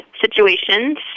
situations